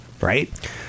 Right